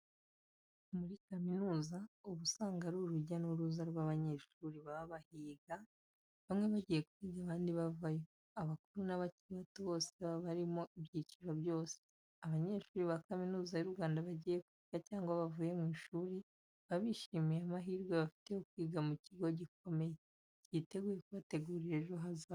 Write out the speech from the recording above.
Muri kaminuza uba usanga ari urujya n'uruza rw'abanyeshuri baba bahiga bamwe bagiye kwiga abandi bavayo abakuru na bakiri bato bose baba barimo ibyiciro byose. Abanyeshuri ba Kaminuza y’u Rwanda bagiye kwiga cyangwa bavuye mu ishuri baba bishimiye amahirwe bafite yo kwiga mu kigo gikomeye, cyiteguye kubategurira ejo hazaza heza.